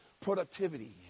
productivity